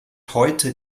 heute